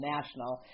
National